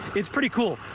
it's pretty cool.